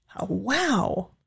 Wow